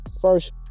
First